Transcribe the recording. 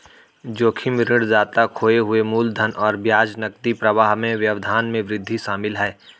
जोखिम ऋणदाता खोए हुए मूलधन और ब्याज नकदी प्रवाह में व्यवधान में वृद्धि शामिल है